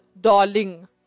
darling